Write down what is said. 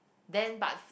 then but